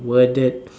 worded